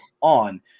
on